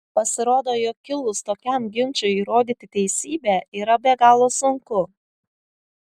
pasirodo jog kilus tokiam ginčui įrodyti teisybę yra be galo sunku